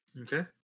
Okay